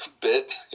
bit